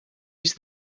used